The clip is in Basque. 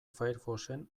firefoxen